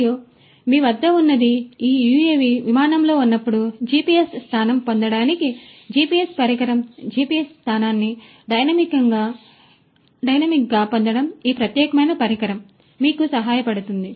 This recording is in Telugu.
మరియు మీ వద్ద ఉన్నది ఈ యుఎవి విమానంలో ఉన్నప్పుడు జిపిఎస్ స్థానం పొందడానికి జిపిఎస్ పరికరం జిపిఎస్ స్థానాన్ని డైనమిక్గా పొందడం ఈ ప్రత్యేకమైన పరికరం మీకు సహాయపడుతుంది